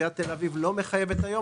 ועיריית תל אביב לא מחייבת אותם היום.